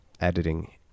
editing